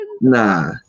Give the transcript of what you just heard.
Nah